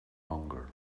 longer